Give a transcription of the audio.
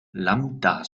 lambda